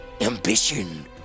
Ambition